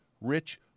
rich